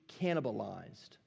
cannibalized